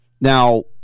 Now